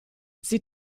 sie